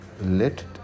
let